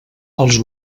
als